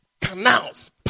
canals